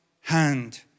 hand